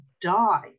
die